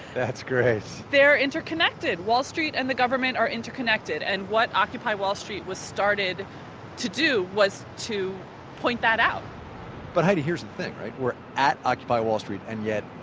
that's great they're interconnected wall street and the government are interconnected. and what occupy wall street was started to do was to point that out but heidi, here's the thing we're at occupy wall street and yet